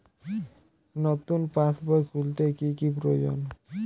নতুন পাশবই খুলতে কি কি প্রয়োজন?